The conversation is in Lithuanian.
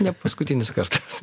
ne paskutinis kartas